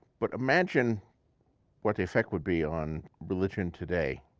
but imagine what the effect would be on religion today,